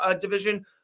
division